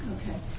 okay